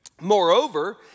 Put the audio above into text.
Moreover